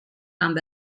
amb